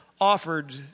offered